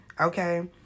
okay